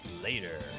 later